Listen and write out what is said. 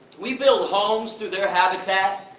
we build homes through their habitat.